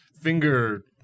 finger